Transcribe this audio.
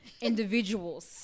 individuals